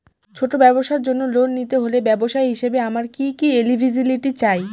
ছোট ব্যবসার জন্য লোন নিতে হলে ব্যবসায়ী হিসেবে আমার কি কি এলিজিবিলিটি চাই?